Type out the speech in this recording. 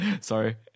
Sorry